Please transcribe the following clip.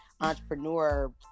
entrepreneur